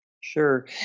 Sure